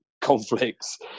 conflicts